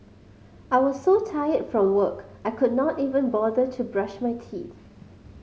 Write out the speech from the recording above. I was so tired from work I could not even bother to brush my teeth